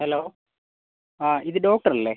hello ആ ഇത് doctor അല്ലേ